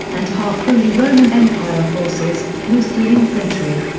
and half holy roman empire forces, mostly infantry.